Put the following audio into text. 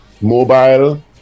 Mobile